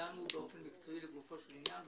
דנו באופן מקצועי לגופו של עניין.